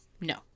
No